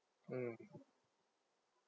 mm